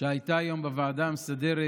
שהיו היום בוועדה המסדרת